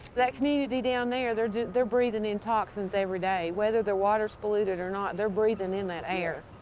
that community down there, they're they're breathing in toxins every day. whether their water's polluted or not, they're breathing in that air.